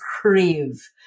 crave